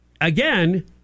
again